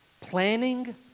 planning